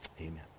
Amen